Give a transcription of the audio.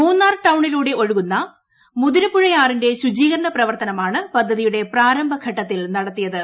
മൂന്നാർ ടൌണിലൂടെ ഒഴുകുന്ന മുതിരപ്പുഴയാറ്റീന്ന്റെ ശുചീകരണ പ്രവർത്തനമാണ് പദ്ധതിയുടെ പ്രാരംഭഘ്ട്ടത്തിൽ നടത്തിയത്